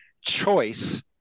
choice